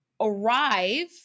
arrive